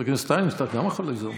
חבר הכנסת שטייניץ, גם אתה יכול ליזום.